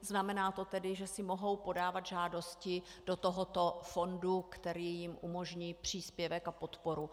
Znamená to tedy, že si mohou podávat žádosti do tohoto fondu, který jim umožní příspěvek a podporu.